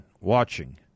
Watching